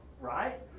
Right